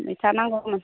मैथा नांगौमोन